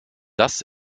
das